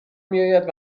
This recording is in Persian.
میاید